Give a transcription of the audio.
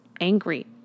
angry